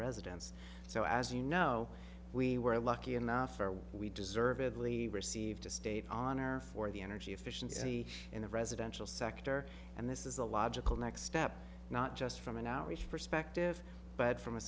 residents so as you know we were lucky enough for we deservedly received a state honor for the energy efficiency in the residential sector and this is a logical next step not just from an outreach perspective but from a